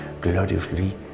gloriously